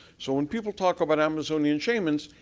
so, when people talk about amazonian chainments,